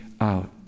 out